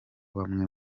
bamwe